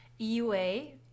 EUA